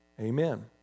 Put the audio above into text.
Amen